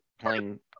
playing